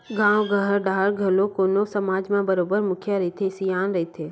गाँव घर डाहर घलो कोनो समाज म बरोबर मुखिया रहिथे, सियान रहिथे